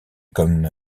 comme